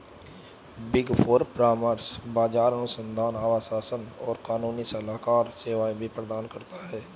big four परामर्श, बाजार अनुसंधान, आश्वासन और कानूनी सलाहकार सेवाएं भी प्रदान करता है